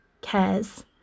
cares